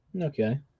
Okay